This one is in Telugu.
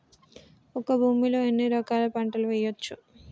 ఒక భూమి లో ఎన్ని రకాల పంటలు వేయచ్చు?